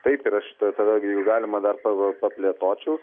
taip ir aš šita kadangi jau galima pa paplėtočiau